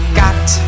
got